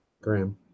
Graham